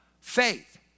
faith